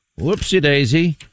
Whoopsie-daisy